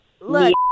look